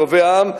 אוהבי העם,